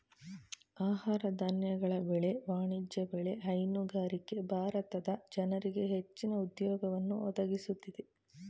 ಆಹಾರ ಧಾನ್ಯಗಳ ಬೆಳೆ, ವಾಣಿಜ್ಯ ಬೆಳೆ, ಹೈನುಗಾರಿಕೆ ಭಾರತದ ಜನರಿಗೆ ಹೆಚ್ಚಿನ ಉದ್ಯೋಗವನ್ನು ಒದಗಿಸುತ್ತಿದೆ